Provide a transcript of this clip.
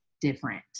different